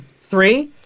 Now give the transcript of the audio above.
Three